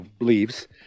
leaves